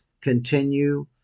continue